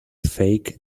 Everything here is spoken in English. fake